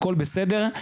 הכל בסדר,